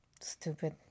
Stupid